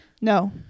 No